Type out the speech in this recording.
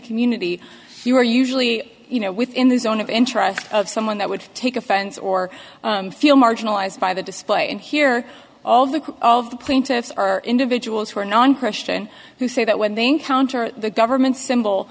community you are usually you know within the zone of interest of someone that would take offense or feel marginalized by the display and hear all of the all of the plaintiffs are individuals who are non christian who say that when they encounter the government symbol